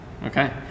Okay